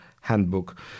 handbook